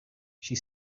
she